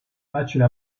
facile